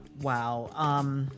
Wow